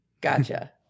Gotcha